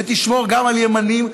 ותשמור גם על ימנים,